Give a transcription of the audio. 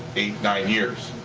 eight, nine years.